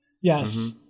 Yes